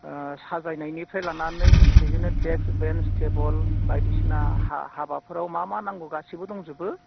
साजायनायनिफ्राय लानानै बिदिनो desk bench table बायदिसिना हाबाफोराव मा मा नांगौ गासिबो दंजोबो